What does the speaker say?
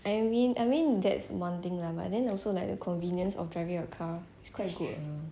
I mean I mean that's one thing lah but then also like the convenience of driving your car it's quite good